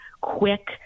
quick